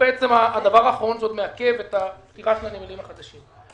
זה הדבר האחרון שעוד מעכב את פתיחת הנמלים החדשים.